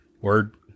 word